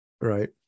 right